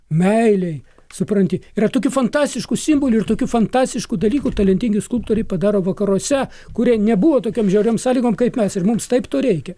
meilei supranti yra tokių fantastiškų simbolių ir tokių fantastiškų dalykų talentingi skulptoriai padaro vakaruose kurie nebuvo tokiom žiauriom sąlygom kaip mes ir mums taip to reikia